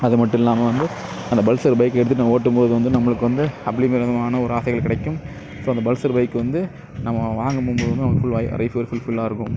அது மட்டும் இல்லாமல் வந்து அந்த பல்சர் பைக் எடுத்து நம்ம ஓட்டும் போது வந்து நம்மளுக்கு வந்து ஒரு ஆசைகள் கிடைக்கும் ஸோ அந்த பல்சர் பைக் வந்து நம்ம வாங்கபோகும் போது தான் நம்ம லைஃப் ஃபுல்ஃபில்லாக இருக்கும்